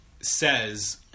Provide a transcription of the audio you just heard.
says